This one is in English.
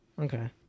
Okay